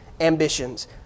ambitions